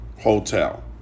Hotel